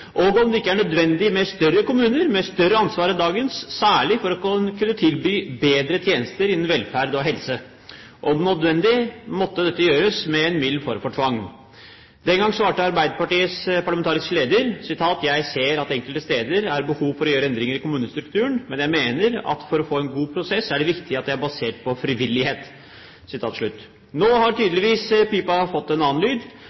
og om det ikke var nødvendig med større kommuner med større ansvar enn dagens, særlig for å kunne tilby bedre tjenester innen velferd og helse. Om nødvendig måtte dette gjøres med en mild form for tvang. Den gang svarte Arbeiderpartiets parlamentariske leder: «Jeg ser at det enkelte steder er behov for å gjøre endringer i kommunestrukturen, men jeg mener at for å få en god prosess er det viktig at det er basert på frivillighet.» Nå har